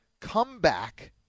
comeback